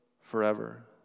forever